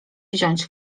wziąć